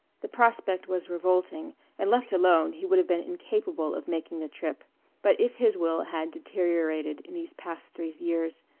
the prospect was revolting and left alone he would have been incapable of making the trip but if his will had deteriorated in these past three years,